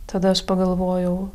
tada aš pagalvojau